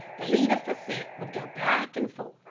the leader for scent would go back and forth,